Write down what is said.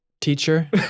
teacher